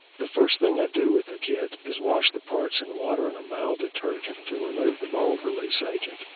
the first thing i do with the kit is wash the parts in water and a mild detergent to remove the mold release agent.